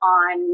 on